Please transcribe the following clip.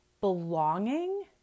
belonging